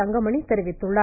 தங்கமணி தெரிவித்துள்ளார்